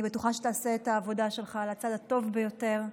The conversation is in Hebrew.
אני בטוחה שתעשה את העבודה שלך על הצד הטוב ביותר,